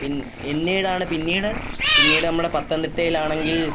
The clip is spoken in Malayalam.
പിന്നീടാണ് പിന്നീട് പിന്നീട് നമ്മളെ പത്തനംതിട്ടയിൽ ആണെങ്കിൽ